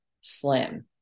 slim